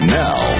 now